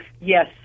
yes